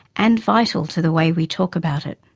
and vital to the way we talk about it.